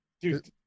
Dude